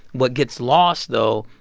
what gets lost, though,